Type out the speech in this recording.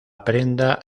prenda